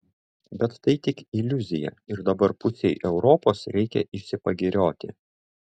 bet tai tik iliuzija ir dabar pusei europos reikia išsipagirioti